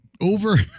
over